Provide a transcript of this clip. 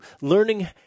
Learning